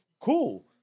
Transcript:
cool